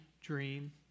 dream